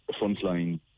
frontline